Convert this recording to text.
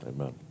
Amen